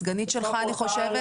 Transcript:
הסגנית שלך אני חושבת.